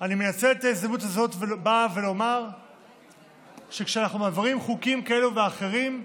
אני מנצל את ההזדמנות הזאת לומר שכשאנחנו מעבירים חוקים כאלה ואחרים,